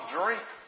drink